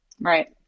Right